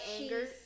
anger